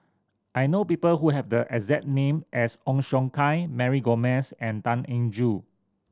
I know people who have the exact name as Ong Siong Kai Mary Gomes and Tan Eng Joo